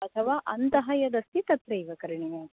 अथवा अन्तः यदस्ति तत्रैव करणीयम्